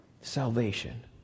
Salvation